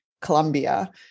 Colombia